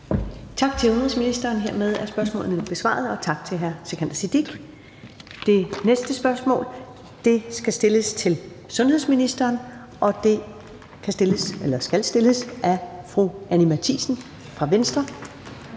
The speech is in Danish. Tak til udenrigsministeren – hermed er spørgsmålet nu besvaret – og tak til hr. Sikandar Siddique. Det næste spørgsmål skal stilles til sundhedsministeren, og det skal stilles af fru Anni Matthiesen fra Venstre.